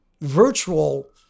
virtual